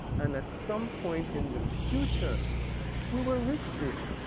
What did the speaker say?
and at some point in the future we will reach there.